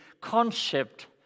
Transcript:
concept